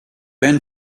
been